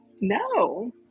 No